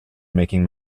making